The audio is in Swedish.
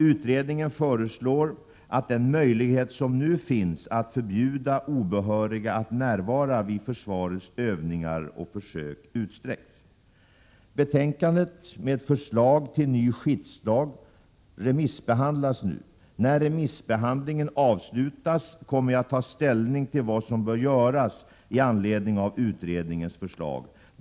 Utredningen föreslår att den möjlighet som nu finns att förbjuda obehöriga att närvara vid försvarets övningar och försök utsträcks. Betänkandet med förslag till ny skyddslag remissbehandlas nu. När remissbehandlingen avslutats kommer jag att ta ställning till vad som bör göras i anledning av utredningens förslag.